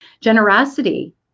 Generosity